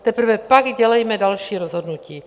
Teprve pak dělejme další rozhodnutí.